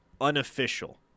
unofficial